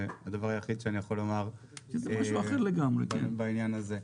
זה הדבר היחיד שאני יכול לומר בעניין הזה.